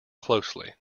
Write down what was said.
closely